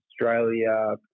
Australia